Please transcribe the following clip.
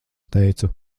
teicu